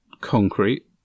concrete